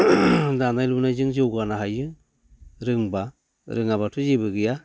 दानाय लुनायजों जौगानो हायो रोंबा रोङाबाथ' जेबो गैया